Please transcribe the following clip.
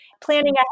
planning